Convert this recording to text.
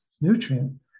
nutrient